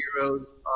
heroes